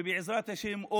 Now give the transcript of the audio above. ובעזרת השם,